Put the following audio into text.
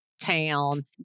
town